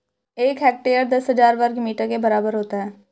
एक हेक्टेयर दस हज़ार वर्ग मीटर के बराबर होता है